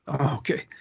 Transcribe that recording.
Okay